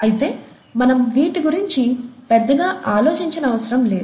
అయితే మనం వీటిగురించి పెద్దగా ఆలోచించనవసరం లేదు